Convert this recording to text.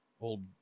old